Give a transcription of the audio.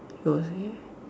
so I guess